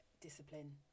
discipline